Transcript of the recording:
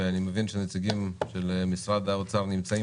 שאני מבין שהנציגים של משרד האוצר נמצאים